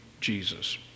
Jesus